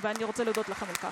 ואני רוצה להודות לכם על כך.